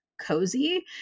cozy